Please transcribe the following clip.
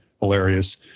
hilarious